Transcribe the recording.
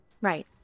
Right